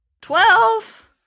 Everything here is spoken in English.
Twelve